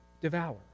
devour